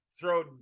throw